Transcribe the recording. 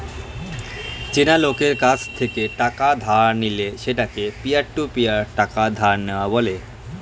চেনা লোকের কাছ থেকে টাকা ধার নিলে সেটাকে পিয়ার টু পিয়ার টাকা ধার নেওয়া বলে